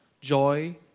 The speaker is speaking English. joy